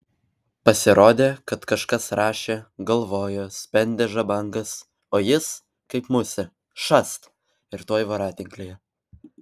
pasirodė kad kažkas rašė galvojo spendė žabangas o jis kaip musė šast ir tuoj voratinklyje